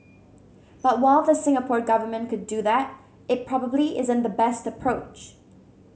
but while the Singapore Government could do that it probably isn't the best approach